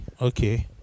Okay